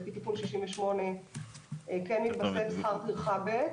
כי לפי תיקון 68 כן יתווסף שכר טרחה ב'.